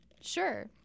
Sure